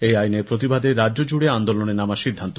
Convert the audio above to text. এই আইনের প্রতিবাদে রাজ্য জুড়ে আন্দোলনে নামার সিদ্ধান্ত